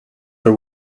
her